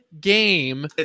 game